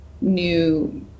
new